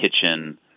kitchen